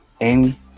Amy